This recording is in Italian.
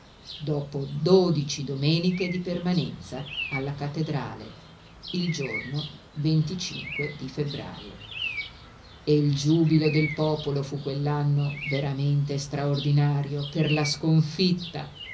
dopo dodici domeniche di permanenza alla cattedrale il giorno di febbrajo e il giubilo del popolo fu quell'anno veramente straordinario per la sconfitta